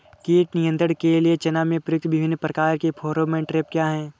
कीट नियंत्रण के लिए चना में प्रयुक्त विभिन्न प्रकार के फेरोमोन ट्रैप क्या है?